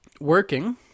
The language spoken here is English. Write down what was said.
working